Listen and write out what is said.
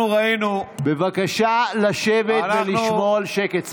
בבקשה לשבת ולשמור על שקט.